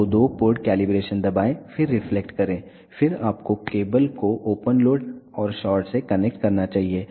तो दो port calibration दबाएं फिर रिफ्लेक्ट करें फिर आपको केबल को ओपन लोड और शॉर्ट से कनेक्ट करना चाहिए